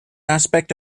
aspect